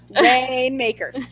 Rainmaker